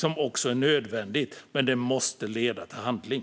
Det är också nödvändigt, men det måste leda till handling.